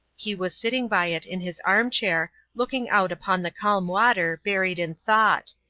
he was sitting by it in his arm-chair, looking out upon the calm water, buried in thought.